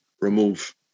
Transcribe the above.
remove